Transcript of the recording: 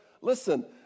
listen